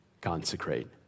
consecrate